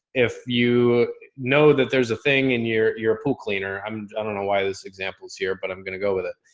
if you know that there's a thing in your, you're a pool cleaner. um i don't know why this example is here, but i'm going to go with it.